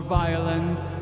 violence